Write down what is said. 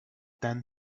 then